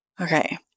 Okay